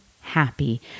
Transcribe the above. happy